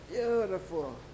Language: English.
Beautiful